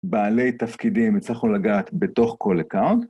בעלי תפקידים יצטרכו לגעת בתוך כל אקאונט.